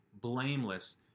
blameless